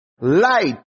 light